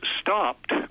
stopped